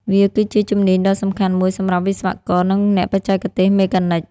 វាគឺជាជំនាញដ៏សំខាន់មួយសម្រាប់វិស្វករ និងអ្នកបច្ចេកទេសមេកានិច។